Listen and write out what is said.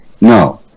No